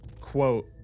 Quote